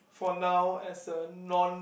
for now as a non